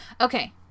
Okay